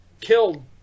killed